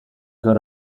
good